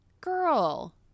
girl